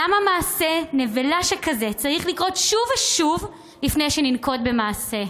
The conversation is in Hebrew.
למה מעשה נבלה שכזה צריך לקרות שוב ושוב לפני שננקוט מעשה?